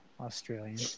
Australian